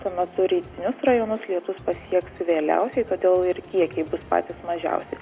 tuo metu rytinius rajonus lietus pasieks vėliausiai todėl ir kiekiai bus patys mažiausi